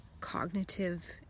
cognitive